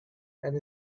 and